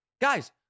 Guys